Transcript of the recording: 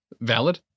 valid